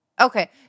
okay